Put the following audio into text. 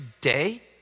day